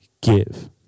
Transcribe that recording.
give